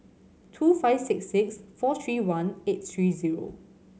two five six six four three one eight three zero